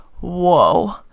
whoa